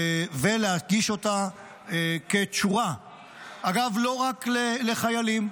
ולהגיש אותה כתשורה, אגב, לא רק לחיילים,